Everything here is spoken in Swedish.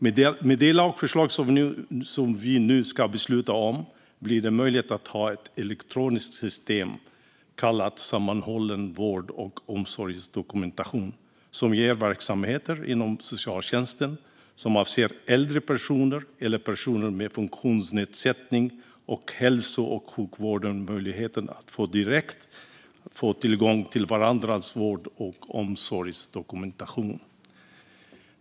Med det lagförslag som vi nu ska besluta om blir det möjligt att ha ett elektroniskt system, kallat sammanhållen vård och omsorgsdokumentation, som ger verksamheter inom socialtjänsten som avser äldre personer eller personer med funktionsnedsättning och hälso och sjukvården möjlighet att direkt få tillgång till varandras vård och omsorgsdokumentation.